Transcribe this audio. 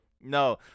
No